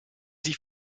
sie